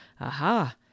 Aha